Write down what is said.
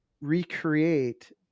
recreate